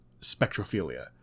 spectrophilia